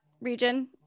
region